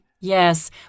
Yes